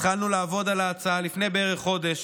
התחלנו לעבוד על ההצעה לפני בערך חודש,